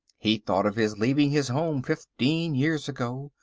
he thought of his leaving his home fifteen years ago,